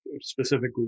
specifically